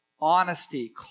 honesty